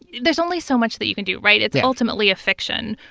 there's only so much that you can do, right? it's ultimately a fiction,